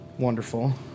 Wonderful